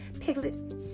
Piglet